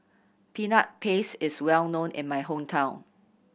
Peanut Paste is well known in my hometown